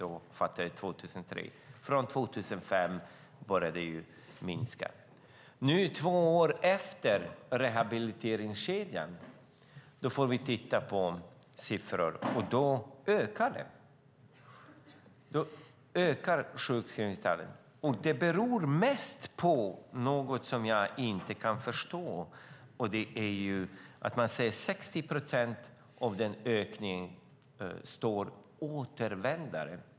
Om vi tittar på siffrorna två år efter rehabiliteringskedjans införande ser vi att sjukskrivningstalen ökar. Det beror mest på något som jag inte kan förstå, nämligen att 60 procent av ökningen är återvändare.